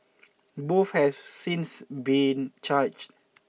both have since been charged